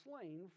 slain